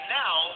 now